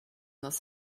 this